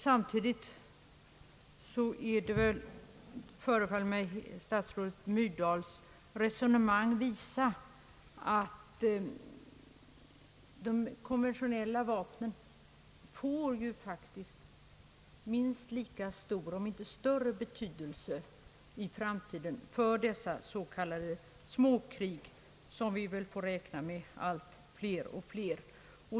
Samtidigt förefaller mig statsrådet Myrdals resonemang visa att de konventionella vapnen faktiskt får minst lika stor om inte större betydelse i framtiden för de s.k. småkrig vilka antagligen kommer att bli allt fler och fler.